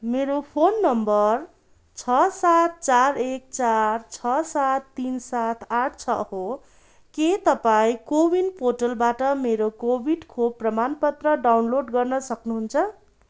मेरो phone number छ सात चार एक चार छ सात तिन सात आठ छ हो के तपाईँँ कोविन पोर्टलबाट मेरो कोभिड खोप प्रमाणपत्र डाउनलोड गर्न सक्नुहुन्छ